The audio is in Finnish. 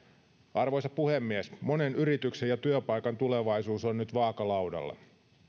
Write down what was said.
arvoisa puhemies monen yrityksen ja työpaikan tulevaisuus on nyt vaakalaudalla